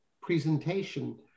presentation